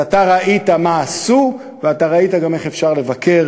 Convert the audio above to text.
אז אתה ראית מה עשו, ואתה ראית גם איך אפשר לבקר.